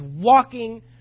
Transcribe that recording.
walking